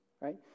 Right